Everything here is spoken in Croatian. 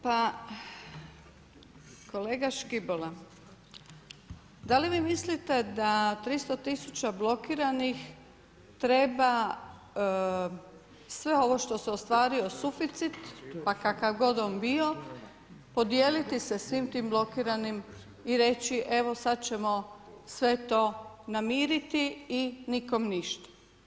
Pa kolega Škibola, da li vi mislite da 300 000 blokiranih treba sve ovo što je ostvario suficit, pa kakav god on bio, podijeliti sa svim tim blokiranim i reći evo sad ćemo sve to namiriti i nikom ništa?